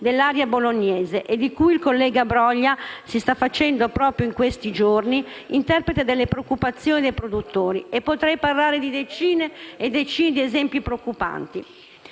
dell'area bolognese e a proposito della quale il collega Broglia si sta facendo, proprio in questi giorni, interprete delle preoccupazioni dei produttori. E potrei parlare di decine e decine di esempi preoccupanti.